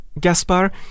Gaspar